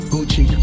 Gucci